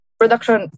production